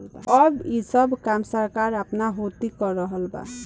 अब ई सब काम सरकार आपना होती कर रहल बा